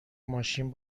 ماشین